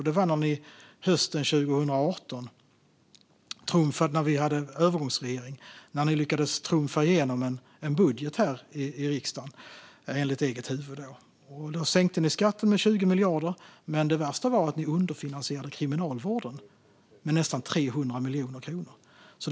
Det var när ni hösten 2018, när vi hade en övergångsregering, lyckade trumfa igenom en budget här i riksdagen enligt eget huvud. Då sänkte ni skatten med 20 miljarder, men det värsta var att ni underfinansierade Kriminalvården med nästan 300 miljoner kronor.